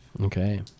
Okay